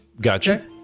Gotcha